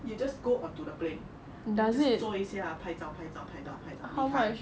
you just go onto the plane then just 做一下拍照拍照拍照拍照离开